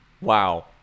wow